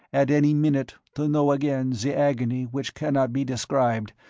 at any minute, to know again the agony which cannot be described,